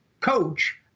coach